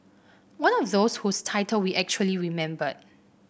one of those whose title we actually remembered